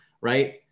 right